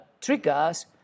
triggers